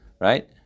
right